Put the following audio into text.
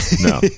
no